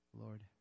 lord